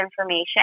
information